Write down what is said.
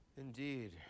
Indeed